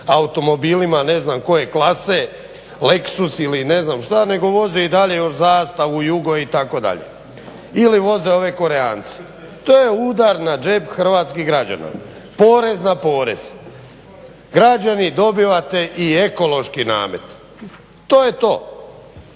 automobila ne znam koje klase, lexus nego voze i dalje još zastavu, jugo itd. ili voze ove korejance. To je udar na džep hrvatskih građana, porez na porez. Građani dobivate i ekološki namet. To je to.